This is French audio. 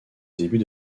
début